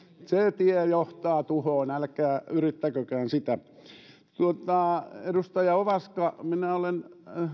se tie johtaa tuhoon älkää yrittäkökään sitä edustaja ovaska minä olen